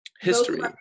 History